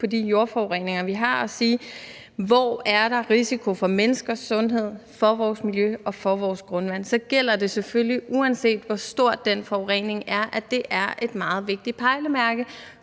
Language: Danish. på de jordforureninger, vi har, og se på, hvor der er risiko for menneskers sundhed, for vores miljø og for vores grundvand, så gælder det selvfølgelig, uanset hvor stor den forurening er, at det er et meget vigtigt pejlemærke